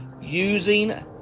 using